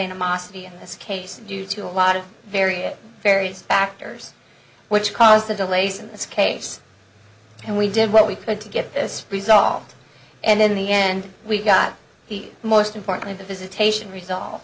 animosity in this case due to a lot of various various factors which caused the delays in this case and we did what we could to get this resolved and in the end we got the most importantly the visitation resolved